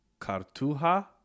Cartuja